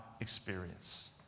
experience